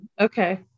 Okay